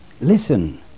Listen